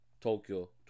Tokyo